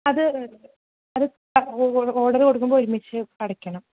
അത് ഓർഡറ് കൊടുക്കുമ്പോൾ ഒരുമിച്ച് അടയ്ക്കണം